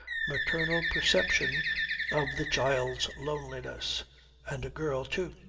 maternal perception of the child's loneliness and a girl too!